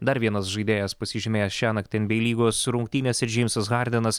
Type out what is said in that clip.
dar vienas žaidėjas pasižymėjęs šiąnakt nba lygos rungtynėse džeimsas hardenas